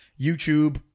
YouTube